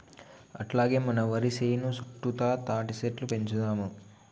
అట్లాగే మన వరి సేను సుట్టుతా తాటిసెట్లు పెంచుదాము